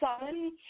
Son